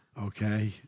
Okay